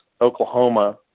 oklahoma